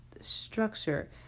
structure